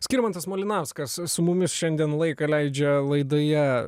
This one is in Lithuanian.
skirmantas malinauskas su mumis šiandien laiką leidžia laidoje